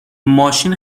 ماشین